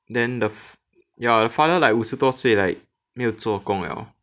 then the fa~ ya the father like 五十多岁 like 没有做工了